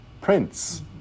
prince